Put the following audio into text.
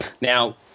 Now